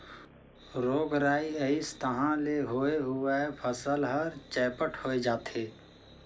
रोग राई अइस तहां ले होए हुवाए फसल हर चैपट होए जाथे